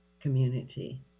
community